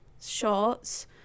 shorts